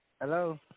Hello